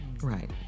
right